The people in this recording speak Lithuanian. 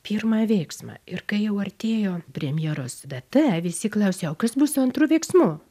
pirmą veiksmą ir kai jau artėjo premjeros data visi klausė o kas bus su antru veiksmu